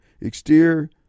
Exterior